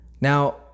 Now